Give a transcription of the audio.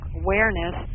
awareness